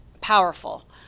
powerful